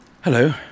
hello